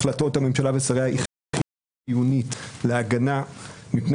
החלטות הממשלה ושריה היא חיונית להגנה מפני